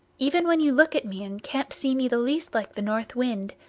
even when you look at me and can't see me the least like the north wind.